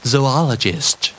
Zoologist